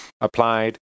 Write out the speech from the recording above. applied